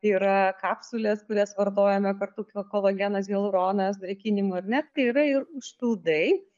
yra kapsulės kurias vartojame kartu kolagenas hialuronas drėkinimui ar ne tai yra ir užpildai